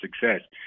success